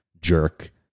jerk